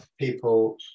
people